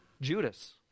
Judas